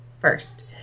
first